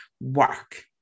work